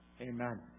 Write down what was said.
amen